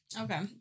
okay